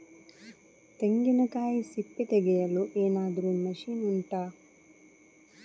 ತೆಂಗಿನಕಾಯಿ ಸಿಪ್ಪೆ ತೆಗೆಯಲು ಏನಾದ್ರೂ ಮಷೀನ್ ಉಂಟಾ